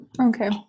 Okay